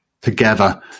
together